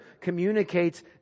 communicates